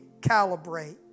calibrate